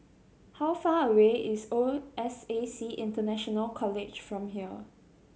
how far away is O S A C International College from here